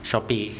Shopee